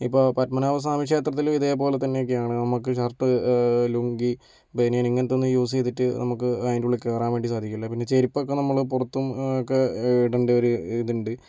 ഇപ്പോൾ പദ്മനാഭസ്വാമി ക്ഷേത്രത്തില് ഇതേപോലെക്കെ തന്നെയാണ് നമുക്ക് ഷർട്ട് ലുങ്കി ബനിയൻ ഇങ്ങനെത്തേന്നും യൂസ് ചെയ്തിട്ട് നമുക്ക് അതിൻ്റെ ഉള്ളിൽ കയറാൻ വേണ്ടി സാധിക്കില്ല പിന്നെ ചെരുപ്പൊക്കെ നമ്മള് പുറത്തും ഒക്കെ ഇടണ്ട ഒരിതുണ്ട്